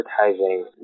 advertising